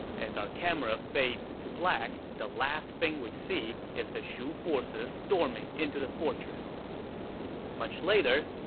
as our camera fades to black, the last thing we see is the shu forces storming into the fortress much later,